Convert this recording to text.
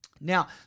Now